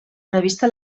prevista